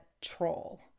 troll